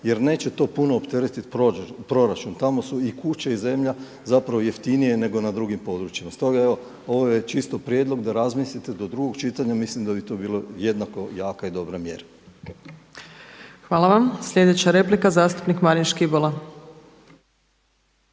jer neće to puno proračun. Tamo su i kuće i zemlja zapravo jeftinije nego na drugim područjima. Stoga evo ovo je čisto prijedlog da razmislite do drugog čitanja, mislim da bi to bilo jednako jaka i dobra mjera. **Opačić, Milanka (SDP)** Hvala vam. Sljedeća replika, zastupnik Marin Škibola.